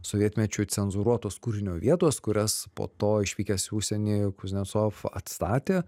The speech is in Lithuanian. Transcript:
sovietmečiu cenzūruotos kūrinio vietos kurias po to išvykęs į užsienį kuznecov atstatė